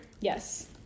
yes